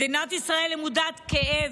מדינת ישראל למודת כאב,